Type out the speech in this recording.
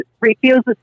refuses